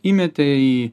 įmetė į